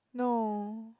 no